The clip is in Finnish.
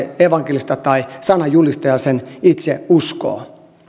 evankelista tai sananjulistaja sen itse uskoo